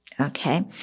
Okay